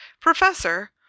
Professor